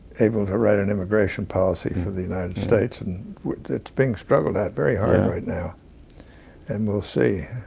able to write an immigration policy for the united states and it's being struggled at very hard right now and we'll see.